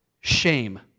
shame